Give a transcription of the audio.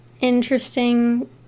interesting